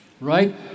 right